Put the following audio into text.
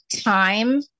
time